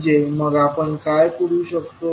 म्हणजे मग आपण काय करू शकतो